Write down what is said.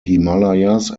himalayas